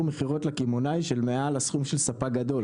מכירות לקמעונאי מעל הסכום של ספק גדול.